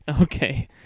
Okay